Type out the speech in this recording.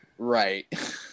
Right